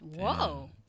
whoa